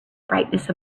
brightness